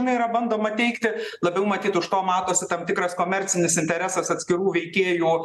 na yra bandoma teigti labiau matyt už to matosi tam tikras komercinis interesas atskirų veikėjų